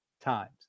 times